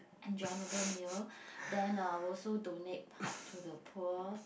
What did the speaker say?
enjoyable meal then uh I will also donate part to the poor